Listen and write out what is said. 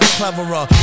cleverer